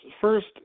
First